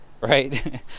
right